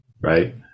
right